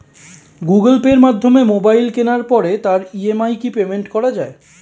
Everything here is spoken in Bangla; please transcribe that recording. গুগোল পের মাধ্যমে মোবাইল কেনার পরে তার ই.এম.আই কি পেমেন্ট করা যায়?